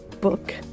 book